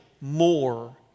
more